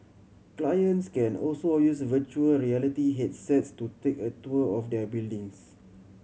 clients can also use virtual reality headsets to take a tour of their buildings